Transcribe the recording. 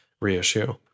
reissue